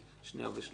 לשנייה ושלישית.